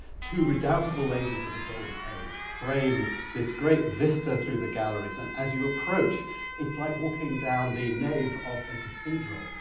two redoubtable ladies of the golden age frame this great vista through the galleries, and as you approach it's like walking down the nave of a cathedral,